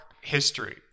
history